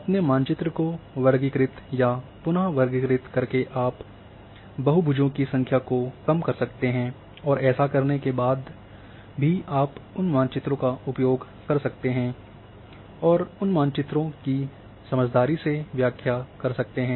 अपने मानचित्र को वर्गीकृत या पुनःवर्गीकृत करके आप बहुभजों की संख्या को कम कर सकते हैं और ऐसा करने के बाद भी आप उन मानचित्रों का उपयोग कर सकते हैं और उन मानचित्रों की समझदारी से व्याख्या कर सकते हैं